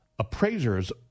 Appraisers